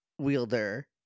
wielder